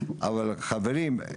אבל חברים,